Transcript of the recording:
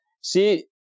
See